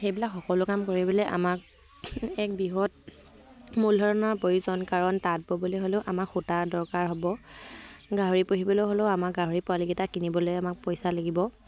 সেইবিলাক সকলো কাম কৰিবলে আমাক এক বৃহৎ মূলধনৰ প্ৰয়োজন কাৰণ তাঁত ববলৈ হ'লেও আমাক সূতা দৰকাৰ হ'ব গাহৰি পুহিবলৈও হ'লেও আমাক গাহৰি পোৱালিকেইটা কিনিবলৈ আমাক পইচা লাগিব